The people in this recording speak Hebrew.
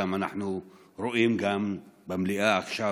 אנחנו רואים גם במליאה עכשיו,